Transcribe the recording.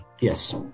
Yes